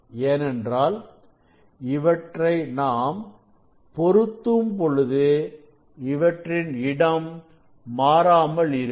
ஏனென்றால் இவற்றை நாம் பொருத்தும் பொழுது இவற்றின் இடம் மாறாமல் இருக்கும்